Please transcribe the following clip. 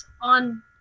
on